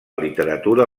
literatura